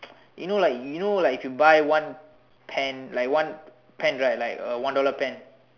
you know like you know like if you buy one pen like one pen right like a one dollar pen